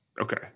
Okay